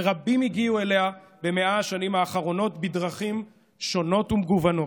ורבים הגיעו אליה ב-100 השנים האחרונות בדרכים שונות ומגוונות,